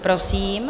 Prosím.